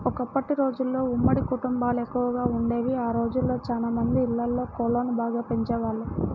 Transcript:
ఒకప్పటి రోజుల్లో ఉమ్మడి కుటుంబాలెక్కువగా వుండేవి, ఆ రోజుల్లో చానా మంది ఇళ్ళల్లో కోళ్ళను బాగా పెంచేవాళ్ళు